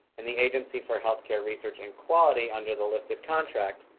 and the agency for healthcare research and quality under the listed contract,